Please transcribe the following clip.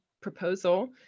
proposal